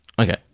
Okay